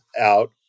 out